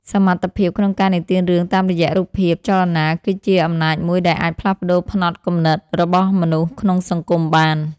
សមត្ថភាពក្នុងការនិទានរឿងតាមរយៈរូបភាពចលនាគឺជាអំណាចមួយដែលអាចផ្លាស់ប្តូរផ្នត់គំនិតរបស់មនុស្សក្នុងសង្គមបាន។